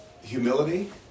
humility